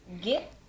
get